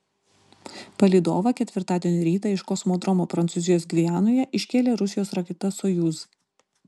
palydovą ketvirtadienio rytą iš kosmodromo prancūzijos gvianoje iškėlė rusijos raketa sojuz